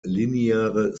lineare